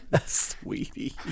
Sweetie